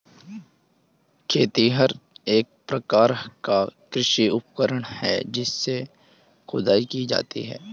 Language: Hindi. खेतिहर एक प्रकार का कृषि उपकरण है इससे खुदाई की जाती है